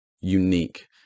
unique